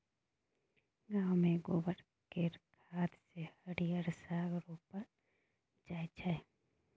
गांव मे गोबर केर खाद सँ हरिहर साग रोपल जाई छै